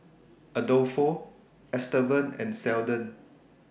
Adolfo Estevan and Seldon